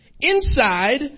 inside